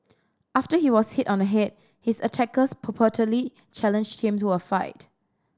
after he was hit on the head his attackers purportedly challenged him to a fight